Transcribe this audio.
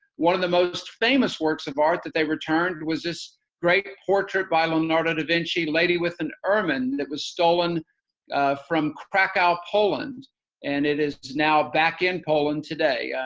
one of the most famous works of art that they returned was this great portrait by leonardo da vinci, lady with an ermine, that was stolen from krakow, poland and it is now back in poland today.